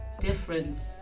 difference